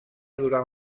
durant